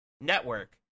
network